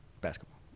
Basketball